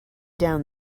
down